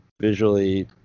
visually